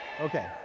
okay